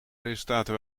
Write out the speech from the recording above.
resultaten